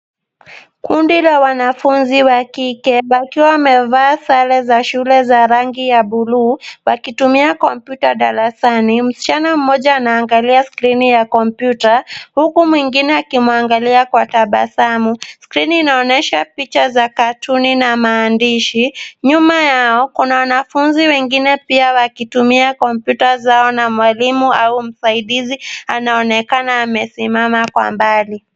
Kundi la wanafunzi wa kike wakiwa wamevaa sare za shule za rangi ya buluu wakitumia kompyuta darasani. Msichana mmoja anaangalia skrini ya kompyuta huku mwengine akinwangalia kwa tabasamu. Skrini picha za katuni na maandishi. Nyuma yao kuna wanafunzi wengine pia wakitumia kompyuta zao na mwalimu au msaidizi anaonekana amesimama kwa mbali.